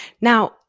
Now